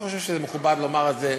לא חושב שזה מכובד לומר את זה.